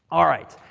all right.